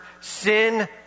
sin